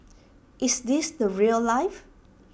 is this the rail life